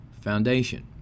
foundation